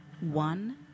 One